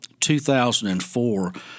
2004